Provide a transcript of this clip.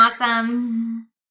awesome